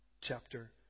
Chapter